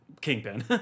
Kingpin